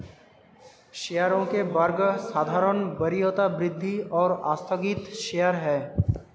शेयरों के वर्ग साधारण, वरीयता, वृद्धि और आस्थगित शेयर हैं